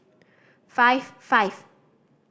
five five